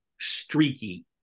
streaky